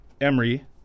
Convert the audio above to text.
Emery